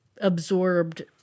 absorbed